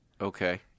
Okay